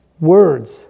Words